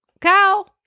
Cow